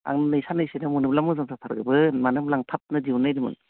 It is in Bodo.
आं नै साननैसोआवनो मोनोब्ला मोजां जाथारगोमोन मानो होनब्ला आं थाबनो दिहुननो नागिरदोंमोन